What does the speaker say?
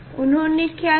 उन्होने क्या किया